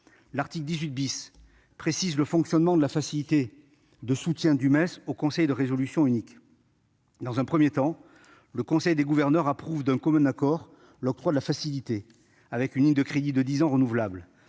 l'accord modifié précise le fonctionnement de la facilité de soutien du MES au Conseil de résolution unique (CRU). Dans un premier temps, le conseil des gouverneurs approuve d'un commun accord l'octroi de la facilité- une ligne de crédit de dix ans renouvelables